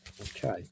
Okay